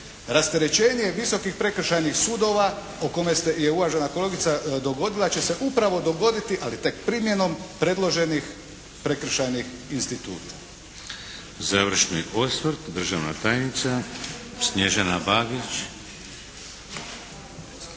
Rasterećenje Visokih prekršajnih sudova o kome ste, je uvažena kolegica dogodila, upravo će se dogoditi ali tek primjenom predloženih prekršajnih instituta. **Šeks, Vladimir (HDZ)** Završni osvrt. Državna tajnica Snježana Bagić.